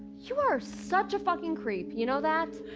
you are such a fucking creep. you know that?